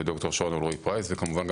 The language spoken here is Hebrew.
וכמובן,